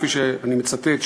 כפי שאני מצטט,